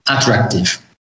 attractive